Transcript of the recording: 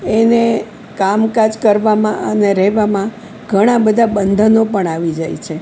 એને કામકાજ કરવામાં અને રહેવામાં ઘણાબધા બંધનો પણ આવી જાય છે